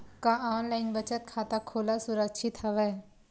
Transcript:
का ऑनलाइन बचत खाता खोला सुरक्षित हवय?